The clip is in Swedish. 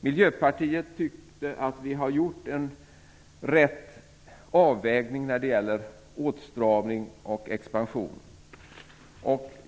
Miljöpartiet tyckte att vi har gjort en riktig avvägning när det gäller åtstramning och expansion.